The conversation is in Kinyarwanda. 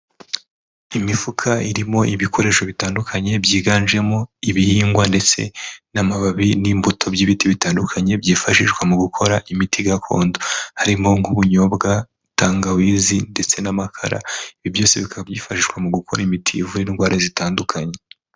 Imifuka irimo ibikoresho bitandukanye byiganjemo ibihingwa ndetse n'amababi n'imbuto by'ibiti bitandukanye byifashishwa mu gukora imiti gakondo harimo nk'ubunyobwa, tangawizi ndetse n'amakara ibyo byose bikaba byifashishwa mu gukora imiti ivura indwara zitandukanye.